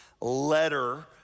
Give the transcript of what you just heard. letter